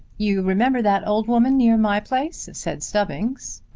you remember that old woman near my place? said stubbings.